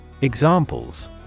Examples